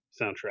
soundtrack